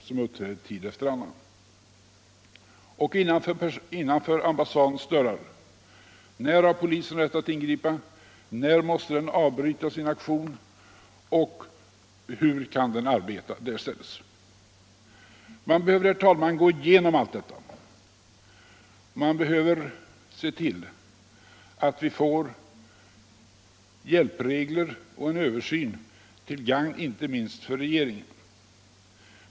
När har polisen rätt att ingripa innanför ambassadens dörrar? När måste den avbryta sin aktion, och hur kan den arbeta därstädes? Man behöver, herr talman, gå igenom allt detta. Man behöver se till att vi får hjälpregler och en översyn till gagn inte minst för regeringen.